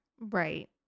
right